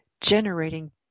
generating